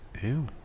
Ew